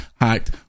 hacked